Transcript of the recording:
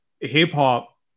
hip-hop